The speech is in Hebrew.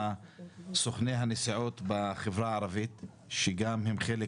מסוכני הנסיעות בחברה הערבית שגם הם חלק